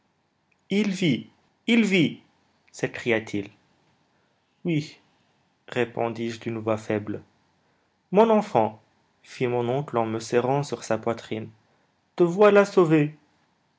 il vit il vit s'écria-t-il oui répondis-je d'une voix faible mon enfant fit mon oncle en me serrant sur sa poitrine te voilà sauvé